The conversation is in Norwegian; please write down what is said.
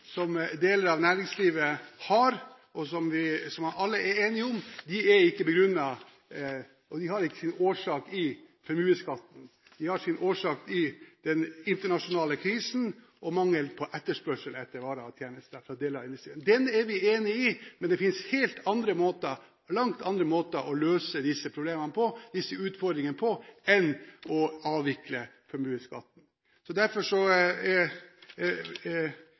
som deler av næringslivet har, og som alle er enige om, ikke begrunnet. De har ikke sin årsak i formuesskatten. De har sin årsak i den internasjonale krisen og mangelen på etterspørsel etter varer og tjenester fra deler av industrien. Det er vi enig i. Men det finnes helt andre måter – og langt andre måter – å løse disse problemene, disse utfordringene, på enn å avvikle formuesskatten. Derfor er